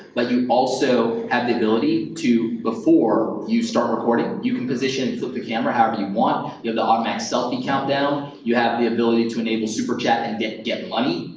but you also have the ability to, before you start recording, you can position, flip the camera however you want. you have the automatic selfie countdown. you have the ability to enable superchat and get get money,